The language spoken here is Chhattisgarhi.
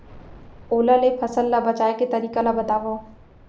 ओला ले फसल ला बचाए के तरीका ला बतावव?